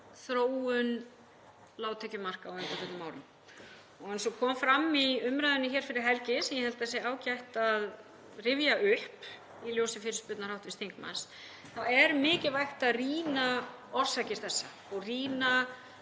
þróun lágtekjumarka á undanförnum árum. Eins og kom fram í umræðunni hér fyrir helgi, sem ég held að sé ágætt að rifja upp í ljósi fyrirspurnar hv. þingmanns, er mikilvægt að rýna orsakir þessa og rýna